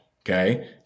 Okay